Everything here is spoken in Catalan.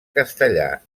castellà